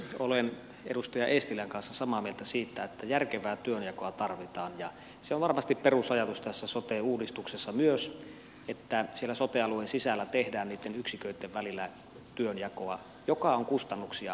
olen edustaja eestilän kanssa samaa mieltä siitä että järkevää työnjakoa tarvitaan ja se on varmasti perusajatus tässä sote uudistuksessa myös että siellä sote alueen sisällä tehdään niitten yksiköitten välillä työnjakoa joka on kustannuksia alentamassa